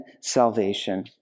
salvation